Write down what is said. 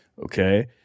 Okay